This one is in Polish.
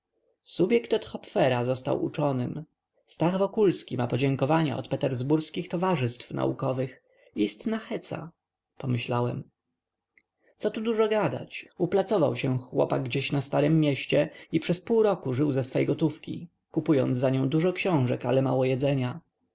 subjekt od hopfera został uczonym stach wokulski ma podziękowania od petersburskich towarzystw naukowych istna heca pomyślałem co tu dużo gadać uplacował się chłopak gdzieś na starem mieście i przez pół roku żył ze swej gotówki kupując za nią dużo książek ale mało jedzenia